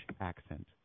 accent